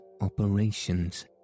operations